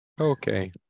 Okay